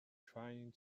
trying